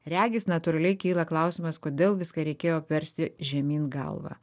regis natūraliai kyla klausimas kodėl viską reikėjo apversti žemyn galva